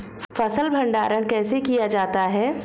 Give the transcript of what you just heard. फ़सल भंडारण कैसे किया जाता है?